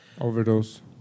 Overdose